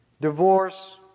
divorce